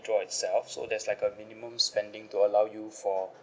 draw itself so there's like a minimum spending to allow you for